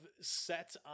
set